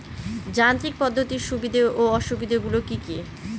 যান্ত্রিক পদ্ধতির সুবিধা ও অসুবিধা গুলি কি কি?